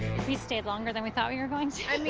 we stayed longer than we thought we were going to. i mean,